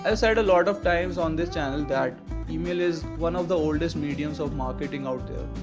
ah said a lot of times on this channel that email is one of the oldest mediums of marketing out there.